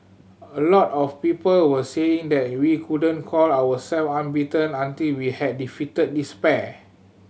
a lot of people were saying that we couldn't call our self unbeaten until we had defeated this pair